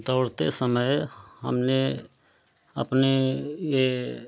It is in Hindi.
दौड़ते समय हमने अपने यह